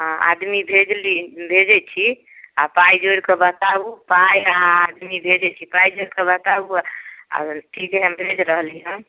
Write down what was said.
हँ आदमी भेजली भेजै छी आओर पाइ जोड़िकऽ बताबू पाइ आओर आदमी भेजै छी पाइ जोड़िकऽ बताबू आओर ठीक हइ हम भेज रहलिए हँ